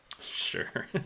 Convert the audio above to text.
Sure